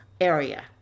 area